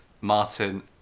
Martin